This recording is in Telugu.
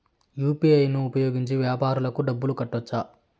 యు.పి.ఐ ను ఉపయోగించి వ్యాపారాలకు డబ్బులు కట్టొచ్చా?